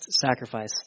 sacrifice